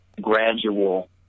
gradual